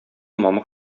мамык